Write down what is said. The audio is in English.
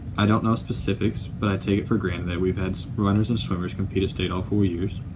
i don't know specifics, but i take it for granted that we've had runners and swimmers compete at state all four years.